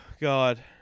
God